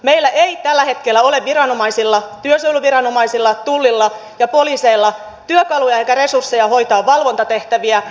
meillä ei tällä hetkellä ole viranomaisilla työsuojeluviranomaisilla tullilla ja poliiseilla työkaluja eikä resursseja hoitaa valvontatehtäviä